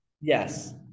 Yes